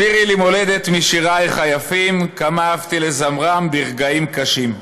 שירי לי מולדת משירייך היפים / כמה אהבתי לזמרם ברגעים קשים."